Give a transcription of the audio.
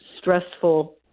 stressful